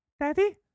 daddy